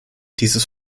dieses